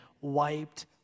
wiped